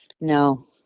No